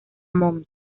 mons